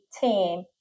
team